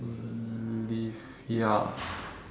live ya